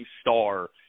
star